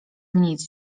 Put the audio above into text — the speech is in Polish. nic